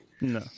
No